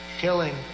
killing